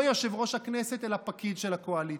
לא יושב-ראש הכנסת אלא פקיד של הקואליציה.